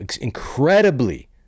incredibly